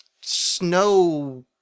Snow